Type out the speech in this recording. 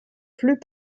plus